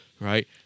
right